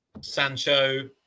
Sancho